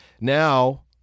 now